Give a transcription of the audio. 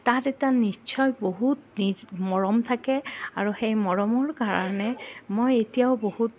তাত এটা নিশ্চয় বহুত নিজ মৰম থাকে আৰু সেই মৰমৰ কাৰণে মই এতিয়াও বহুত